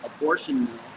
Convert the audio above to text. abortion